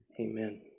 Amen